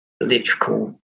electrical